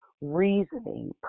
reasoning